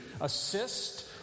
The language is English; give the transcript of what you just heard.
assist